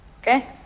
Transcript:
Okay